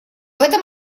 этом